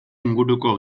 inguruko